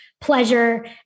pleasure